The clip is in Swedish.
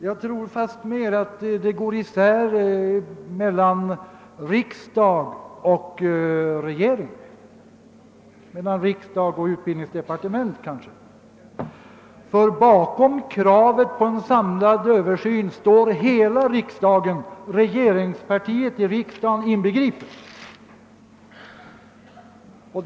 Jag tror fastmer att uppfattningarna skiljer sig mellan riksdag och regering, kanske mellan riksdag och utbildningsdepartenent. Bakom kravet på en samlad översyn står nämligen hela riksdagen, regeringspartiets representanter i riksdagen inbegripna.